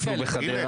בחקירות.